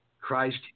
Christ